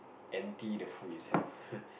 anti the food itself